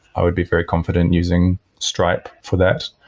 i would be very confident using stripe for that.